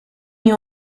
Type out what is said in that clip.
you